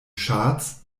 charts